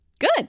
Good